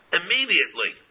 immediately